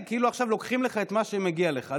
כאילו עכשיו לוקחים לך את מה שמגיע לך.